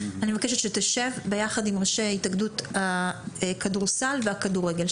שתשב ביחד עם ראשי התאחדות הכדורסל והכדורגל,